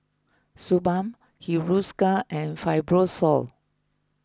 Suu Balm Hiruscar and Fibrosol